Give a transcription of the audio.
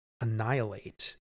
annihilate